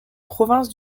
provinces